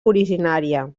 originària